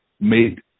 made